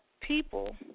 people